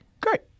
Great